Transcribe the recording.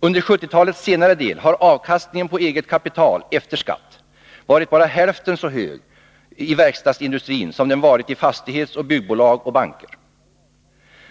Under 1970-talets senare del har avkastningen på eget kapital efter skatt varit bara hälften så hög i verkstadsindustrin som den varit i fastighetsoch byggbolag och banker.